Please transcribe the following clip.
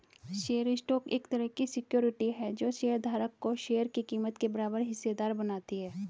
share stock एक तरह की सिक्योरिटी है जो शेयर धारक को शेयर की कीमत के बराबर हिस्सेदार बनाती है